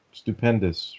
stupendous